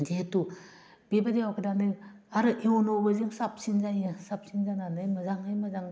जिहेथु बेबायदि आरो इयुनावबो जों साबसिन जायो साबसिन जानानै मोजाङै मोजां